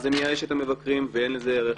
זה מייאש את המבקרים ואין לזה ערך.